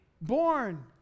born